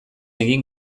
egin